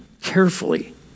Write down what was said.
carefully